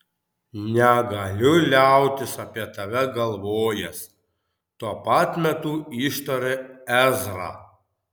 negaliu liautis apie tave galvojęs tuo pat metu ištarė ezra